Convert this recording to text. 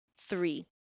three